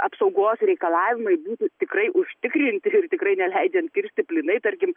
apsaugos reikalavimai būtų tikrai užtikrinti ir tikrai neleidžiant kirsti plynai tarkim